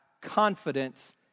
confidence